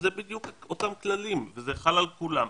זה בדיוק אותם כללים וזה חל על כולם.